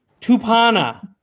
Tupana